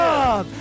God